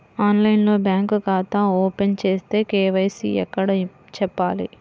ఆన్లైన్లో బ్యాంకు ఖాతా ఓపెన్ చేస్తే, కే.వై.సి ఎక్కడ చెప్పాలి?